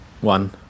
One